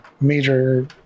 major